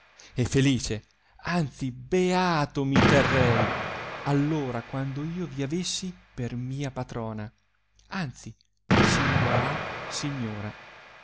e felice anzi beato mi terrei all ora quando io vi avessi per mia patrona anzi singoiar signora